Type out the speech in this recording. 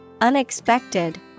unexpected